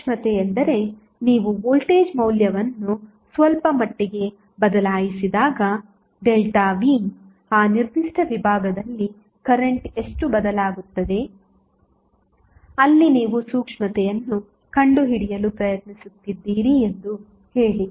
ಸೂಕ್ಷ್ಮತೆ ಎಂದರೆ ನೀವು ವೋಲ್ಟೇಜ್ ಮೌಲ್ಯವನ್ನು ಸ್ವಲ್ಪಮಟ್ಟಿಗೆ ಬದಲಾಯಿಸಿದಾಗV ಆ ನಿರ್ದಿಷ್ಟ ವಿಭಾಗದಲ್ಲಿ ಕರೆಂಟ್ ಎಷ್ಟು ಬದಲಾಗುತ್ತದೆ ಅಲ್ಲಿ ನೀವು ಸೂಕ್ಷ್ಮತೆಯನ್ನು ಕಂಡುಹಿಡಿಯಲು ಪ್ರಯತ್ನಿಸುತ್ತಿದ್ದೀರಿ ಎಂದು ಹೇಳಿ